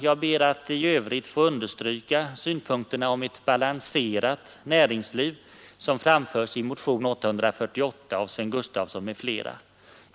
Jag ber i övrigt att få understryka synpunkterna om ett balanserat näringsliv, som framförs i motion 848 av herr Sven Gustafson m.fl.